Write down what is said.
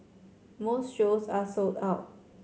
most shows are sold out